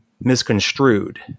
misconstrued